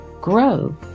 grow